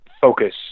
focus